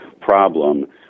problem